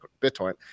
Bitcoin